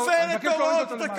אני מבקש להוריד אותו למטה,